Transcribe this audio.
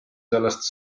sellest